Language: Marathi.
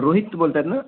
रोहित बोलतआहेत ना